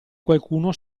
qualcuno